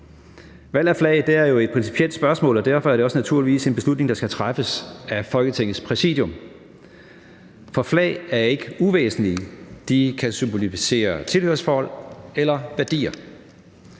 Valg af flag er jo et principielt spørgsmål, og derfor er det naturligvis også en beslutning, der skal træffes af Folketingets Præsidium. For flag er ikke uvæsentlige. De kan symbolisere tilhørsforhold eller værdier.